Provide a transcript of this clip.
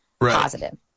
positive